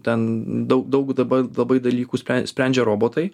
ten daug daug dabar labai dalykų sprendžia robotai